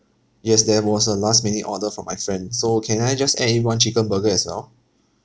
yes there was a last minute order from my friend so can I just add in one chicken burger as well